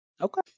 Okay